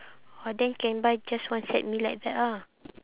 orh then can buy just one set meal like that ah